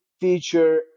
feature